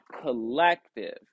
collective